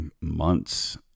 months